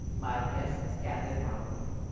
my guests gathered round me.